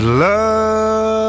love